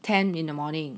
ten in the morning